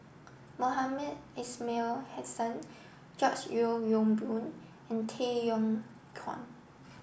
Mohamed Ismail Hussain George Yeo Yong Boon and Tay Yong Kwang